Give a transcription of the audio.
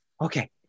Okay